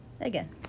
Again